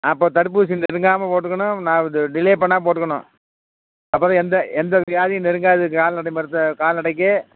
அப்போ தடுப்பூசி நெருங்காமல் போட்டுக்கணும் ந இது டிலே பண்ணாமல் போட்டுக்கணும் அப்போ தான் எந்த எந்த வியாதியும் நெருங்காது கால்நடை மருத்துவ கால்நடைக்கு